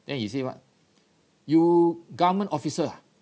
then he say what you government officer ah